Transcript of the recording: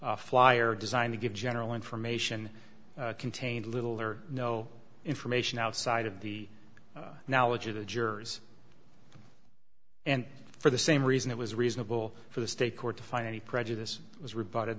flyer designed to give general information contained little or no information outside of the knowledge of the jurors and for the same reason it was reasonable for the state court to find any prejudice was re